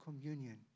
communion